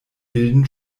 bilden